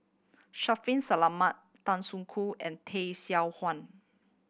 Shaffiq Selamat Tan Soo Khoon and Tay Seow Huah